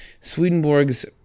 Swedenborg's